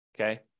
Okay